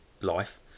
life